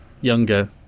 younger